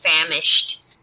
famished